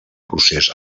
procés